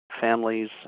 families